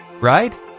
right